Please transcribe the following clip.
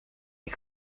est